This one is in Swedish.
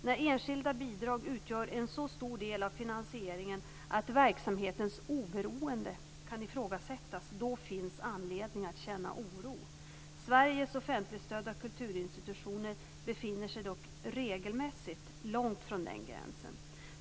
När enskilda bidrag utgör en så stor del av finansieringen att verksamhetens oberoende kan ifrågasättas finns anledning att känna oro. Sveriges offentligstödda kulturinstitutioner befinner sig dock regelmässigt långt från den gränsen.